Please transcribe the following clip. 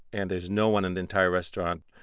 and there's no one in the entire restaurant.